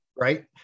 Right